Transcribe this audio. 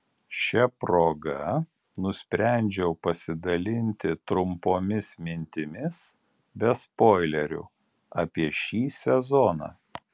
šia proga nusprendžiau pasidalinti trumpomis mintimis be spoilerių apie šį sezoną